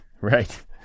Right